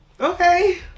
okay